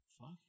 Fuck